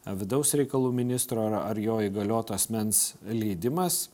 vidaus reikalų ministro ar jo įgalioto asmens leidimas